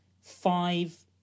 five